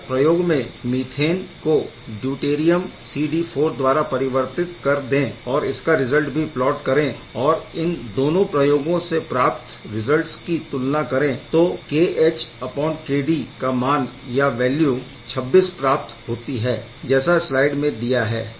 अगर प्रयोग में मीथेन को ड्यूटेरियम CD4 द्वारा परिवर्तित कर दे और इसका रिज़ल्ट भी प्लॉट करें और इन दोनों प्रयोगों से प्राप्त रिज़ल्ट्स की तुलना करें तो kH kD का मान या वैल्यू 26 प्राप्त होती है जैसा स्लाइड में दिया है